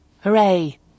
Hooray